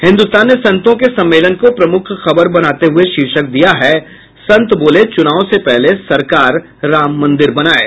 हिन्दुस्तान ने संतों के सम्मेलन को प्रमुख खबर बनाते हुये शीर्षक दिया है संत वोले चूनाव से पहले सरकार राम मंदिर बनाये